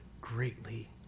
greatly